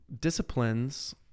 disciplines